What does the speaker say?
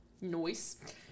noise